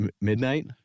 midnight